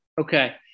okay